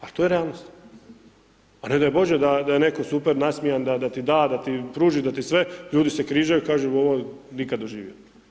A to je realnost, a ne daj Bože da je netko super nasmijan da ti da, da ti pruži, da ti sve, ljudi se križaju, kažu, ovo nikad doživio.